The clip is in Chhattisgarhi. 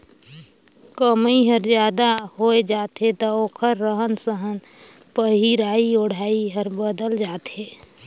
कमई हर जादा होय जाथे त ओखर रहन सहन पहिराई ओढ़ाई हर बदलत जाथे